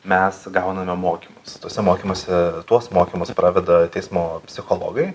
mes gauname mokymus tuose mokymuose tuos mokymus praveda teismo psichologai